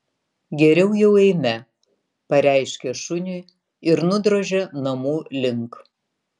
geriau jau eime pareiškė šuniui ir nudrožė namų link